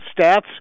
stats